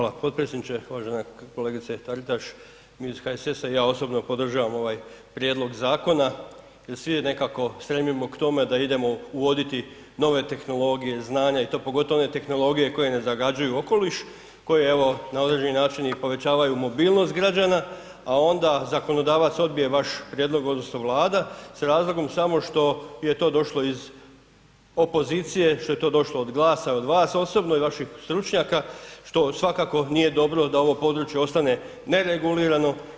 Poštovani potpredsjedniče, uvažena kolegice Taritaš mi iz HSS-a, ja osobno podržavam ovaj Prijedlog zakona i svi nekako stremimo k tome da idemo uvoditi nove tehnologije, znanja i to pogotovo one tehnologije koje ne zagađuju okoliš koje evo na određeni način i povećavaju mobilnost građana, a onda zakonodavac odbije vaš prijedlog odnosno Vlada s razlogom samo što je to došlo iz opozicije, što je to došlo od Glasa i od vas osobno i od vaših stručnjaka što svakako nije dobro da ovo područje ostane neregulirano.